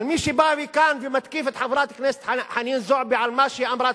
אבל מי שבא לכאן ומתקיף את חברת הכנסת זועבי על מה שאמרה,